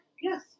Yes